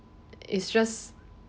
is just